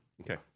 Okay